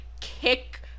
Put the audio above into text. kick